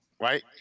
right